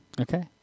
okay